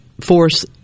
force